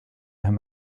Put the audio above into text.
him